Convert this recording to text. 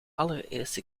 allereerste